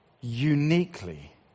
uniquely